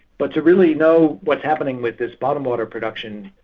but to really know what's happening with this bottom water production,